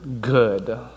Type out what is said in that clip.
good